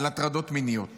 על הטרדות מיניות